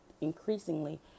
increasingly